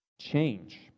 change